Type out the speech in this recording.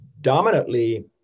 dominantly